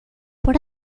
what